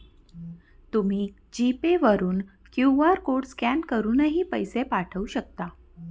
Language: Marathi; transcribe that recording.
तुम्ही जी पे वरून क्यू.आर कोड स्कॅन करूनही पैसे पाठवू शकता